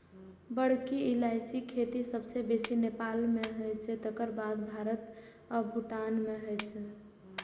बड़की इलायचीक खेती सबसं बेसी नेपाल मे होइ छै, तकर बाद भारत आ भूटान मे होइ छै